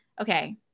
Okay